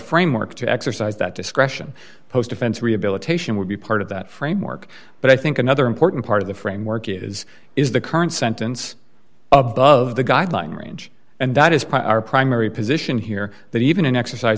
framework to exercise that discretion post defense rehabilitation would be part of that framework but i think another important part of the framework is is the current sentence above the guideline range and that is part of our primary position here that even an exercise